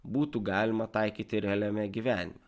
būtų galima taikyti realiame gyvenime